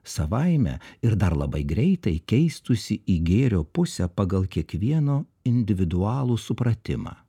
savaime ir dar labai greitai keistųsi į gėrio pusę pagal kiekvieno individualų supratimą